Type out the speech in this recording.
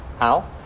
how?